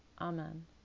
Amen